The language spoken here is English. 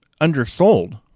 undersold